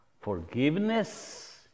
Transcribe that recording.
forgiveness